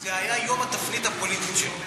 זה היה יום התפנית הפוליטית שלו.